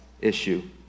issue